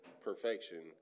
perfection